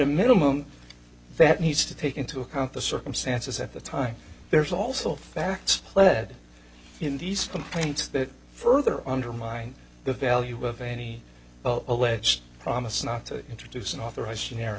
minimum that needs to take into account the circumstances at the time there's also facts lead in these complaints that further undermine the value of any alleged promise not to introduce unauthorize